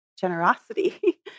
generosity